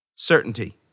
Certainty